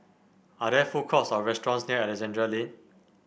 are there food courts or restaurants near Alexandra Lane